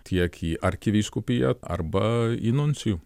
tiek į arkivyskupiją arba į nuncijų